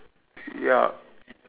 ya